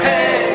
Hey